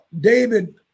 David